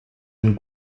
and